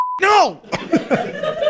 No